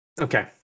Okay